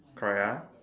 correct ah